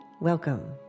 Welcome